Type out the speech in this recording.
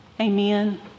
amen